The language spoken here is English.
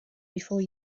before